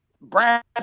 Brad